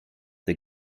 the